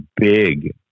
big